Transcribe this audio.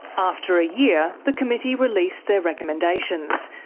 after a year the committee released their recommendations.